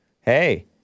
hey